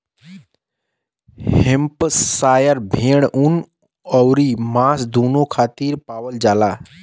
Hampshire भेड़ ऊन अउरी मांस दूनो खातिर पालल जाला